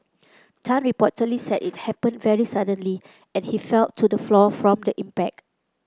Tan reportedly said it happened very suddenly and he fell to the floor from the impact